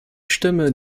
stimme